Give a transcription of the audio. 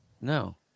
No